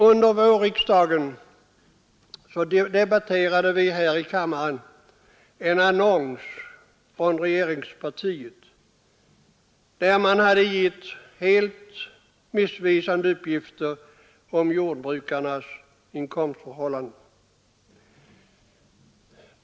Under vårriksdagen debatterade vi här i kammaren en annons från regeringspartiet där man hade gett helt missvisande uppgifter om jordbrukarnas inkomstförhållanden.